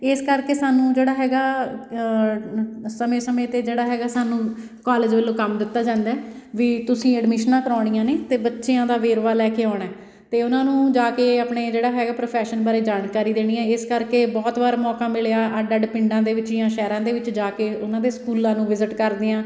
ਇਸ ਕਰਕੇ ਸਾਨੂੰ ਜਿਹੜਾ ਹੈਗਾ ਸਮੇਂ ਸਮੇਂ 'ਤੇ ਜਿਹੜਾ ਹੈਗਾ ਸਾਨੂੰ ਕੋਲਜ ਵਲੋਂ ਕੰਮ ਦਿੱਤਾ ਜਾਂਦਾ ਵੀ ਤੁਸੀਂ ਐਡਮਿਸ਼ਨਾ ਕਰਵਾਉਣੀਆਂ ਨੇ ਅਤੇ ਬੱਚਿਆਂ ਦਾ ਵੇਰਵਾ ਲੈ ਕੇ ਆਉਣਾ ਅਤੇ ਉਹਨਾਂ ਨੂੰ ਜਾ ਕੇ ਆਪਣੇ ਜਿਹੜਾ ਹੈਗਾ ਪ੍ਰੋਫੈਸ਼ਨ ਬਾਰੇ ਜਾਣਕਾਰੀ ਦੇਣੀ ਹੈ ਇਸ ਕਰਕੇ ਬਹੁਤ ਵਾਰ ਮੌਕਾ ਮਿਲਿਆ ਅੱਡ ਅੱਡ ਪਿੰਡਾਂ ਦੇ ਵਿੱਚ ਜਾਂ ਸ਼ਹਿਰਾਂ ਦੇ ਵਿੱਚ ਜਾ ਕੇ ਉਹਨਾਂ ਦੇ ਸਕੂਲਾਂ ਨੂੰ ਵਿਜ਼ਿਟ ਕਰਦੇ ਹਾਂ